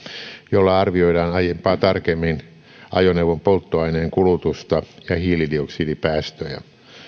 jolla arvioidaan aiempaa tarkemmin ajoneuvon polttoaineenkulutusta ja hiilidioksidipäästöjä